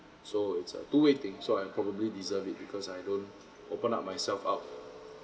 so it's a two way thing so I probably deserve it because I don't open up myself out